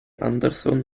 anderson